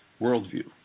worldview